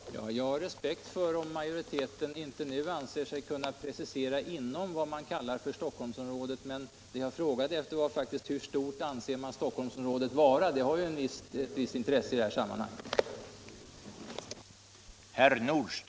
Herr talman! Jag har respekt för att majoriteten nu inte anser sig kunna precisera var man avser att lokalisera inom det man kallar för Stockholmsområdet. Men vad jag frågade efter var faktiskt hur stort man anser Stockholmsområdet vara. Det har ju ett visst intresse i det här sammanhanget.